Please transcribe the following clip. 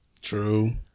True